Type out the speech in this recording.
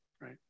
right